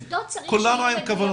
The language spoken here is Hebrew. אבל עובדות צריך שיהיו מדויקות.